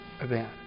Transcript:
event